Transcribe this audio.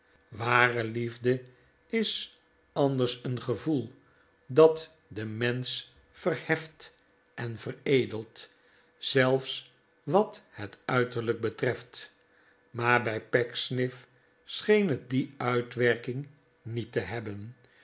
ware liefde is anders een gevoel dat den mensch verheft en veredelt zelfs wat het uiterlijk betreft maar bij pecksniff scheen het die uitwerking niet te hebben